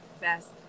best